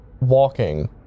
walking